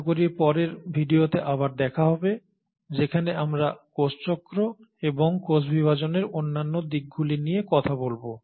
আশা করি পরের ভিডিওতে আবার দেখা হবে যেখানে আমরা কোষ চক্র এবং কোষ বিভাজনের অন্যান্য দিকগুলি নিয়ে কথা বলব